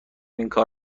اینکار